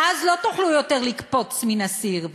ואז לא תוכלו יותר לקפוץ מן הסיר.